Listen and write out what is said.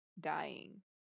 dying